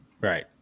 Right